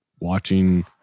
watching